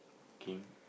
king